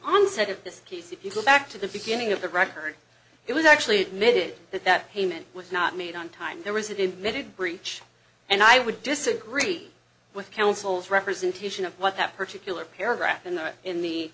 onset of this case if you go back to the beginning of the record it was actually admitted that that payment was not made on time there was it invented breach and i would disagree with counsel's representation of what that particular paragraph in the in the